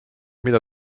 mida